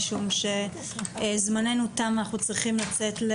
משום שזמננו אותם ואנחנו צריכים לצאת.